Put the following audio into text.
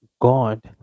God